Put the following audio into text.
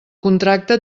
contracte